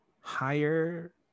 higher